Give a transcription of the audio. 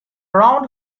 round